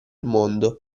mondo